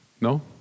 No